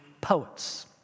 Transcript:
poets